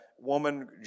woman